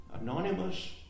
anonymous